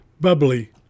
Bubbly